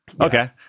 Okay